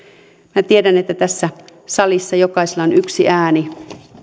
minä tiedän että tässä salissa jokaisella on yksi ääni